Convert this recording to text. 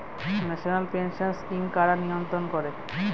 National pension scheme কারা নিয়ন্ত্রণ করে?